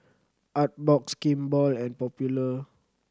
Artbox Kimball and Popular